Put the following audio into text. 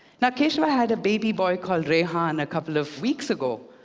now kaesava had a baby boy called rehan a couple of weeks ago.